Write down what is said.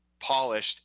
polished